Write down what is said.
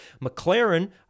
McLaren